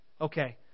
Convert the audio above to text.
Okay